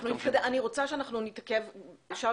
אני רוצה שנתעכב שאול,